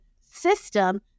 system